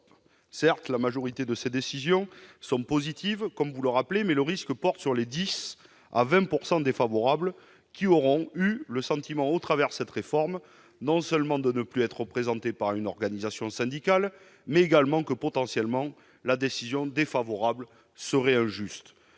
Certes, la majorité de ces décisions sont positives, comme vous le rappelez, mais le risque porte sur les 10 % à 20 % de cas défavorables : les agents concernés auront eu le sentiment, au travers de cette réforme, non seulement de ne plus être représentés par une organisation syndicale, mais également que, potentiellement, la décision défavorable est injuste.